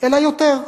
אלא יותר,